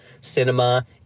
cinema